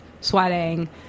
sweating